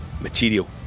material